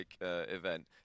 event